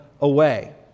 away